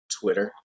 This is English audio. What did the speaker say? Twitter